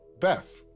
Beth